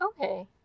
Okay